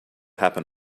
happen